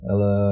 Ela